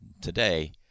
today